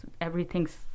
everything's